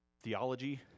theology